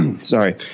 Sorry